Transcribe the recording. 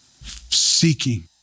seeking